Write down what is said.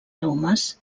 aromes